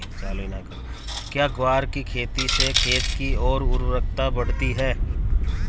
क्या ग्वार की खेती से खेत की ओर उर्वरकता बढ़ती है?